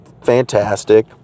fantastic